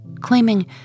claiming